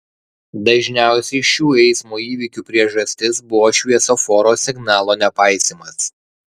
dažniausiai šių eismo įvykių priežastis buvo šviesoforo signalo nepaisymas